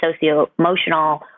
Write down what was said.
socio-emotional